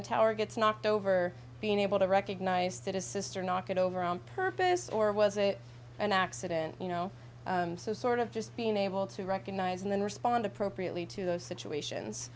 the tower gets knocked over being able to recognize that his sister knock it over on purpose or was it an accident you know so sort of just being able to recognize and then respond appropriately to those situations